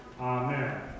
Amen